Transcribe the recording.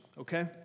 Okay